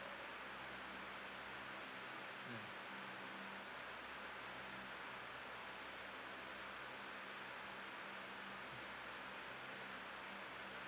mm mm